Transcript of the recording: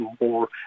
more